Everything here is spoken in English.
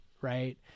Right